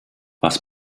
was